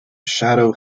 shadow